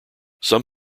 some